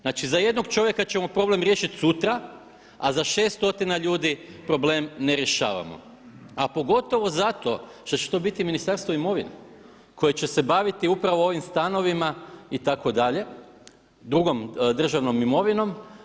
Znači, za jednog čovjeka ćemo problem riješiti sutra, a za 6 stotina ljudi problem ne rješavamo, a pogotovo zato što će to biti Ministarstvo imovine koje će se baviti upravo ovim stanovima itd., drugom državnom imovinom.